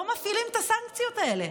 לא מפעילים את הסנקציות האלה.